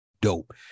dope